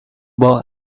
boy